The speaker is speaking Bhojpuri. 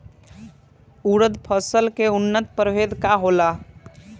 उरद फसल के उन्नत प्रभेद का होला?